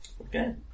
okay